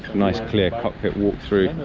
nice clear cockpit walk through,